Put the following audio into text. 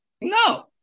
No